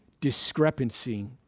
discrepancy